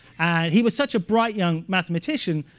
and he was such a bright young mathematician,